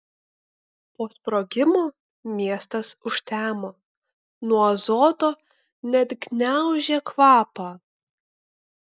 po sprogimo miestas užtemo nuo azoto net gniaužė kvapą